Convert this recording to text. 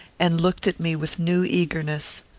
and looked at me with new eagerness.